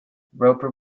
roper